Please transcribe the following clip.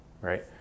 right